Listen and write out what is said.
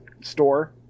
store